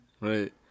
right